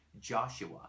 joshua